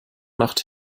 macht